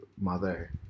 mother